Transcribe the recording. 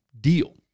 deal